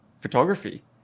photography